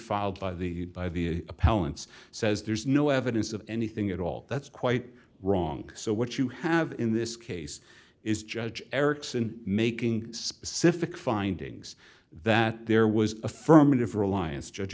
filed by the by the appellants says there's no evidence of anything at all that's quite wrong so what you have in this case is judge erickson making specific findings that there was affirmative reliance judge